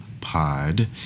Pod